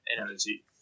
Energy